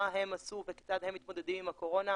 הם עשו וכיצד הם מתמודדים עם הקורונה,